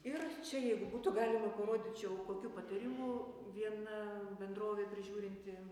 ir čia jeigu būtų galima parodyčiau kokių patarimų viena bendrovė prižiūrinti